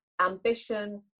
ambition